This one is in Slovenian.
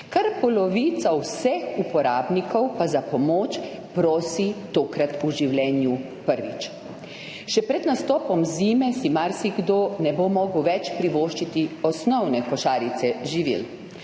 Kar polovica vseh uporabnikov pa za pomoč prosi tokrat v življenju prvič. Še pred nastopom zime si marsikdo ne bo mogel več privoščiti osnovne košarice živil,